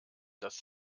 dass